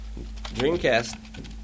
Dreamcast